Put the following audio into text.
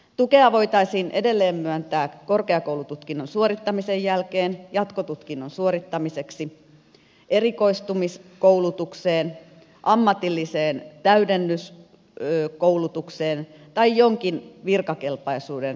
tukea voitaisiin edelleen myöntää korkeakoulututkinnon suorittamisen jälkeen jatkotutkinnon suorittamiseksi erikoistumiskoulutukseen ammatilliseen täydennyskoulutukseen tai jonkin virkakelpoisuuden saavuttamiseksi